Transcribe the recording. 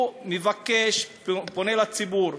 הוא מבקש, פונה לציבור,